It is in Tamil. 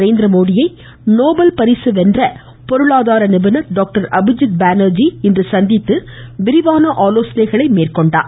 நரேந்திரமோடியை நோபல் பரிசு பெற்ற பொருளாதார நிபுணர் டாக்டர் அபிஜித் பானர்ஜி இன்று சந்தித்து விரிவான ஆலோசனைகளை மேற்கொண்டார்